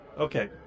Okay